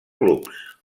clubs